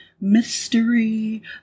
mystery